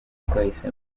twahisemo